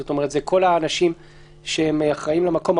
זאת אומרת כל האנשים שאחראים למקום.